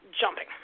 jumping